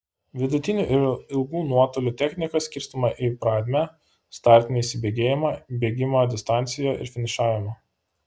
vidutinių ir ilgų nuotolių technika skirstoma į pradmę startinį įsibėgėjimą bėgimą distancijoje ir finišavimą